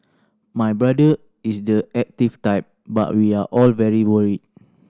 my brother is the active type but we are all very worried